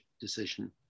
decision